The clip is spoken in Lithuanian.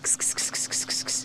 kis kis kis kis kis kis kis